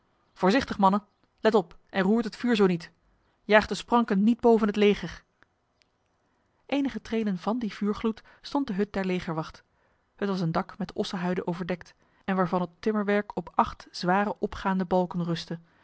voorzichtig mannen let op en roert het vuur zo niet jaagt de spranken niet boven het leger enige treden van die vuurgloed stond de hut der legerwacht het was een dak met ossenhuiden overdekt en waarvan het timmerwerk op acht zware opgaande balken rustte